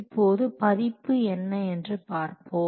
இப்போது பதிப்பு என்னவென்று பார்ப்போம்